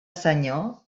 senyor